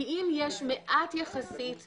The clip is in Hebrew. כי אם יש מעט יחסית גורמים,